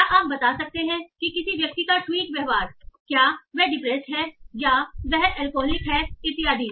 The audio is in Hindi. क्या आप बता सकते हैं कि किसी व्यक्ति का ट्वीट व्यवहार क्या वह डिप्रेस्ड है या वह एल्कोहलिक है इत्यादि